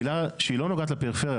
מילה שלא נוגעת לפריפריה,